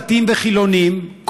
דתיים וחילונים,